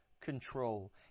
control